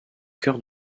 cœur